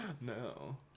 No